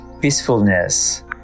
peacefulness